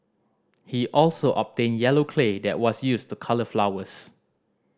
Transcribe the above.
he also obtained yellow clay that was used to colour flowers